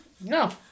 No